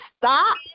stop